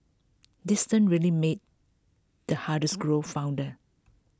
distance really made the heart is grow fonder